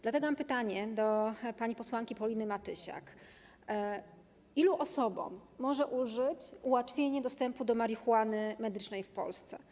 Dlatego mam pytanie do pani posłanki Pauliny Matysiak: Ilu osobom może ulżyć ułatwienie dostępu do marihuany medycznej w Polsce?